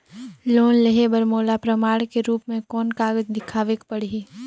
Loan लेहे बर मोला प्रमाण के रूप में कोन कागज दिखावेक पड़ही?